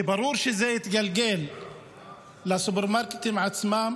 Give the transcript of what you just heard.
שברור שזה יתגלגל לסופרמרקטים עצמם,